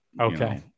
Okay